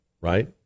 right